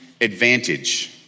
advantage